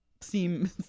seem